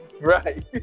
right